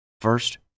First